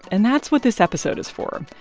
and that's what this episode is for.